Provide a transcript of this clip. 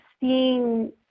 seeing